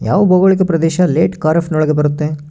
ಯಾವ ಭೌಗೋಳಿಕ ಪ್ರದೇಶ ಲೇಟ್ ಖಾರೇಫ್ ನೊಳಗ ಬರುತ್ತೆ?